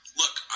look